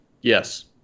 Yes